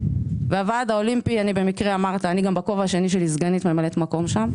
והוועד האולימפי בכובע השני שלי אני סגנית ממלאת מקום שם